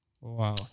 Wow